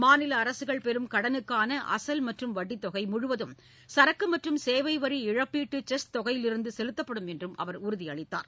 மாநில அரசுகள் பெறும் கடலுக்காள அசல் மற்றும் வட்டித் தொகை முழுவதும் சரக்கு மற்றும் சேவை வரி இழப்பீட்டு செஸ் தொகையிலிருந்து செலுத்தப்படும் என்றும் அவர் உறுதியளித்தார்